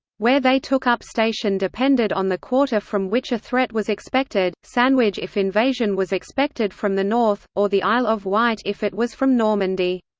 where they took up station depended on the quarter from which a threat was expected sandwich if invasion was expected from the north, or the isle of wight if it was from normandy.